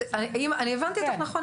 אני הבנתי אותך נכון,